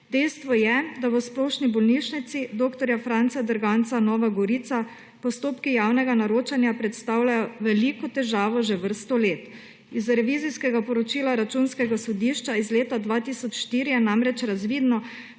Dejstvo je, da v Splošni bolnišnici dr. Franca Derganca Nova Gorica postopki javnega naročanja predstavljajo veliko težavo že vrsto let. Iz revizijskega poročila Računskega sodišča iz leta 2004 je namreč razvidno,